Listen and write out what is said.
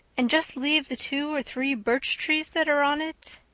and just leave the two or three birch trees that are on it?